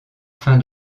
fin